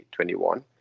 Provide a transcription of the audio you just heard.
2021